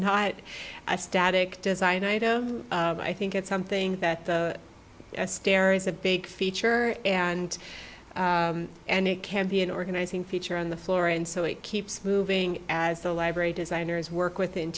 not a static design item i think it's something that the stairs a big feature and and it can be an organizing feature on the floor and so it keeps moving as the library designers work with in